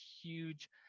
huge